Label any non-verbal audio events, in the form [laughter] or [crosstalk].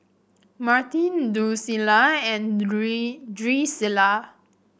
Martin Drucilla and [unintelligible] Drucilla